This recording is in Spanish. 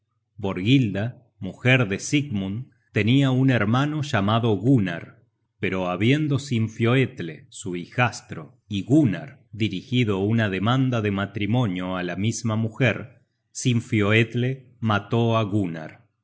borghilda mujer de sigmund tenia un hermano llamado gunnar pero habiendo sinfioetle su hijastro y gunnar dirigido una demanda de matrimonio á la misma mujer sinfioetle mató á gunnar